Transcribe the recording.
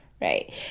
Right